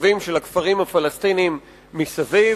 התושבים של הכפרים הפלסטיניים מסביב,